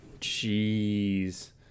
jeez